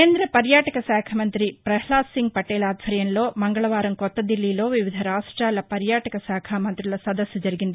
కేంద్ర పర్యాటక శాఖా మంత్రి ప్రహ్లాద్సింగ్ పటేల్ ఆధ్వర్యంలో మంగళవారం కొత్తఢిల్లీలో వివిధ రాష్ట్రాల పర్యాటక శాఖా మంత్రుల సదస్సు జరిగింది